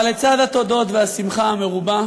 אבל התודות והשמחה המרובה